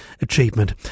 achievement